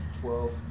Twelve